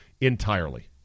entirely